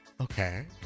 Okay